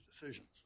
decisions